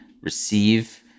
receive